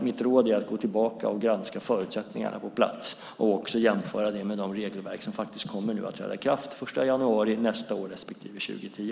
Mitt råd är att gå tillbaka och granska förutsättningarna på plats och att också jämföra med de regelverk som kommer att träda i kraft den 1 januari nästa år respektive 2010.